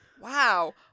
Wow